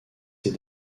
ses